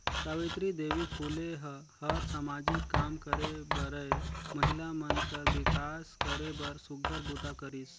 सावित्री देवी फूले ह हर सामाजिक काम करे बरए महिला मन कर विकास करे बर सुग्घर बूता करिस